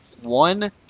one